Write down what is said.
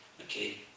Okay